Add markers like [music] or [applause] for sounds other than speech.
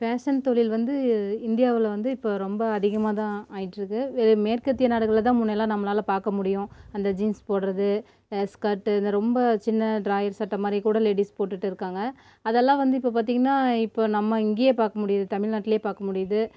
fashion தொழில் வந்து இந்தியாவில் வந்து இப்போ ரொம்ப அதிகமாக தான் ஆகிட்ருக்கு [unintelligible] மேற்கத்திய நாடுகளில் தான் முன்னைலாம் நம்மளால் பார்க்க முடியும் அந்த ஜீன்ஸ் போட்டுறது ஸ்கர்ட்டு இந்த ரொம்ப சின்ன டிராயர் சட்டை மாதிரி கூட லேடிஸ் போட்டுகிட்டு இருக்காங்கள் அதெல்லாம் வந்து இப்போ பார்த்தீங்கன்னா இப்போ நம்ம இங்கேயே பார்க்க முடியுது தமிழ்நாட்டுலேயே பார்க்க முடியுது